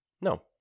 No